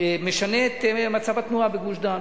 משנה את מצב התנועה בגוש-דן,